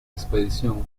expedición